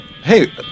Hey